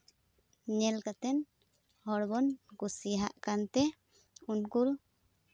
ᱧᱮᱞ ᱠᱟᱛᱮᱫ ᱦᱚᱲ ᱵᱚᱱ ᱠᱩᱥᱤᱭᱟᱜ ᱠᱟᱱ ᱛᱮ ᱩᱱᱠᱩ